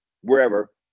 wherever